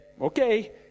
okay